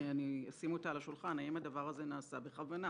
ואשים אותה על השולחן: האם הדבר הזה נעשה בכוונה?